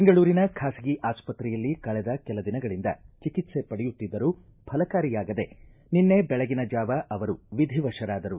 ಬೆಂಗಳೂರಿನ ಖಾಸಗಿ ಆಸ್ವತ್ರೆಯಲ್ಲಿ ಕಳೆದ ಕೆಲ ದಿನಗಳಿಂದ ಚಿಕಿತ್ಸೆ ಪಡೆಯುತ್ತಿದ್ದರೂ ಫಲಕಾರಿಯಾಗದೆ ನಿನ್ನೆ ಬೆಳಗಿನ ಜಾವ ಅವರು ವಿಧಿವಶರಾದರು